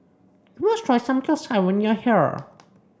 you must try Samgyeopsal when you are here